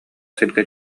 сиргэ